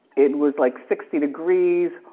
it was like sixty degrees.